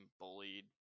bullied